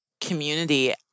community